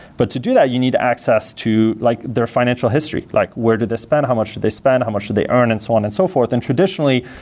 but to do that, you need access to like their financial history, like where do they spend? how much do they spend? how much do they earn and so on and so forth. and traditionally,